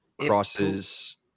Crosses